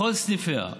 בכל סניפיה,